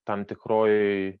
tam tikrojoj